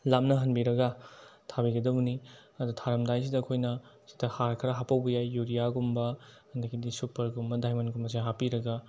ꯂꯥꯞꯅꯍꯟꯕꯤꯔꯒ ꯊꯥꯕꯤꯒꯗꯕꯅꯤ ꯑꯗꯣ ꯊꯥꯔꯝꯗꯥꯏꯁꯤꯗ ꯑꯩꯈꯣꯏꯅ ꯁꯤꯗ ꯍꯥꯔ ꯈꯔ ꯍꯥꯞꯍꯧꯕ ꯌꯥꯏ ꯌꯨꯔꯤꯌꯥꯒꯨꯝꯕ ꯑꯗꯒꯤꯗꯤ ꯁꯨꯄꯔꯒꯨꯝꯕ ꯗꯥꯏꯃꯟꯒꯨꯝꯕꯁꯦ ꯍꯥꯞꯄꯤꯔꯒ